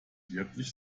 wirklich